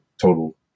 total